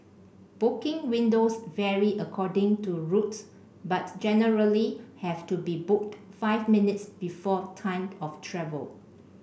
booking windows vary according to route but generally have to be booked five minutes before time of travel